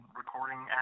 recording